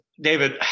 David